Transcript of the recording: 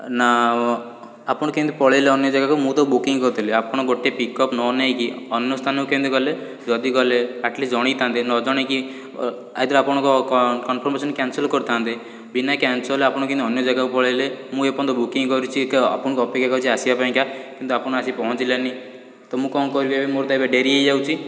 ନା ଆପଣ କେମିତି ପଳାଇଲେ ଅନ୍ୟ ଯାଗାକୁ ମୁଁ ତ ବୁକିଂ କରିଥିଲି ଆପଣ ଗୋଟେ ପିକଅପ୍ ନ ନେଇକି ଅନ୍ୟ ସ୍ଥାନକୁ କେମିତି ଗଲେ ଯଦି ଗଲେ ଆଟଲିଷ୍ଟ ଜଣାଇ ଥାନ୍ତେ ନ ଜଣାଇକି ଆଇଦର ଆପନଙ୍କ କନ୍ କନଫର୍ମମେସନ୍ କ୍ୟାନସଲ୍ କରିଥାନ୍ତେ ବିନା କ୍ୟାନସଲରେ ଆପଣ କେମିତି ଅନ୍ୟ ଯାଗାକୁ ପଳେଇଲେ ମୁଁ ଏପର୍ଯନ୍ତ ବୁକିଂ କରିଛି ଏକା ଆପଣଙ୍କୁ ଅପେକ୍ଷା କରିଛି ଆସିବା ପାଇଁକା କିନ୍ତୁ ଆପଣ ଆସି ପହଞ୍ଚିଲେନି ତ ମୁଁ କ'ଣ କରିବି ଏବେ ମୋର ତ ଏବେ ଡେରି ହେଇଯାଉଛି